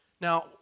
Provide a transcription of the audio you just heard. Now